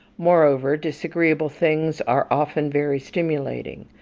moreover, disagreeable things are often very stimulating.